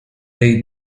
dei